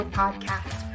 podcast